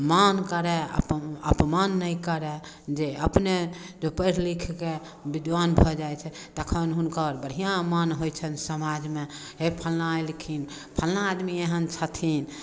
मान करै अप अपमान नहि करै जे अपने जॅं पैढ़ लिखके बिद्वान भऽ जाइ छथि तखन हुनकर बढ़िआँ मान होइ छनि समाजमे हे फल्लाँ एलखिन फल्लाँ आदमी एहन छथिन